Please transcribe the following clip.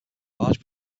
large